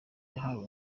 yahawe